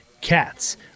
cats